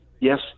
Yes